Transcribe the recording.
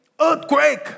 earthquake